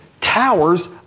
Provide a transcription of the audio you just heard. towers